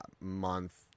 month